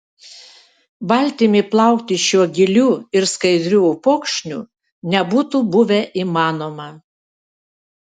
valtimi plaukti šiuo giliu ir skaidriu upokšniu nebūtų buvę įmanoma